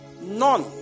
None